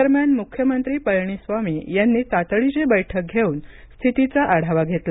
दरम्यान मुख्यमंत्री पळणीस्वामी यांनी तातडीची बैठक घेऊन स्थितीचा आढावा घेतला